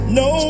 no